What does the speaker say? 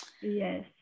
yes